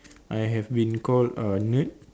I have been called a nerd